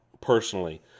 personally